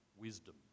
wisdom